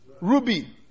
Ruby